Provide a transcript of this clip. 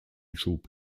schub